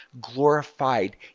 glorified